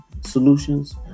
solutions